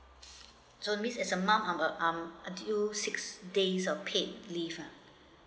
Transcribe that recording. so this is amount our um until sixth day of paid leave uh